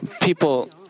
People